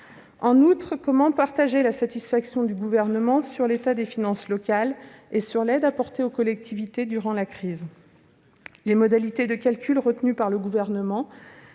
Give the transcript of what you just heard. En outre, comment partager la satisfaction du Gouvernement sur l'état des finances locales et sur l'aide apportée aux collectivités durant la crise ? Les modalités de calcul retenues par le Gouvernement,